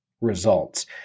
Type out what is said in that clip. results